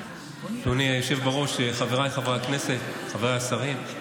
אדוני היושב בראש, חבריי חברי הכנסת, חבריי השרים,